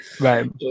Right